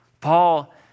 Paul